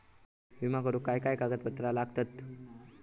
विमा करुक काय काय कागद लागतत?